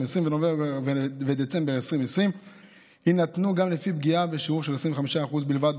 ונובמבר ודצמבר 2020 יינתנו גם לפי פגיעה בשיעור של 25% בלבד.